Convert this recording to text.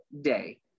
day